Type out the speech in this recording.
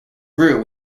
rue